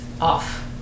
off